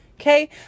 okay